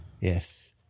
Yes